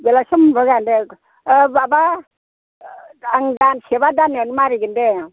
बेलासियाव मोनबोगोन दे माबा आं दानसे बा दान्नैयानो मारिगोन दे